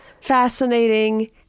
fascinating